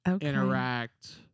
interact